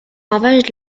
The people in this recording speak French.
ravagent